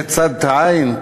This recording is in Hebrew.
זה צד את העין,